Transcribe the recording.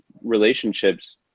relationships